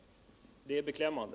Det är beklämmande.